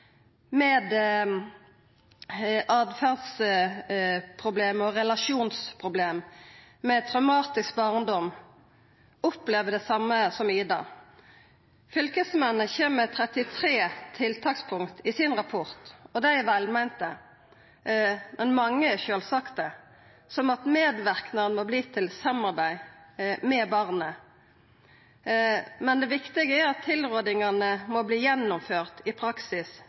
med åtferds- og relasjonsproblem, med ein traumatisk barndom, opplever det same som «Ida»? Fylkesmennene kjem med 33 tiltakspunkt i sin rapport. Dei er velmeinte. Mange er sjølvsagde, som at medverknad må verta til samarbeid med barnet. Men det viktige er at tilrådingane må gjennomførast i praksis